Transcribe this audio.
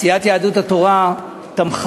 סיעת יהדות התורה תמכה